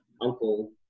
uncle